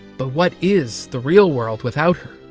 but what is the real world without her?